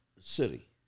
city